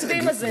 הזה,